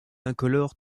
incolore